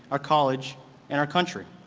our college and our country.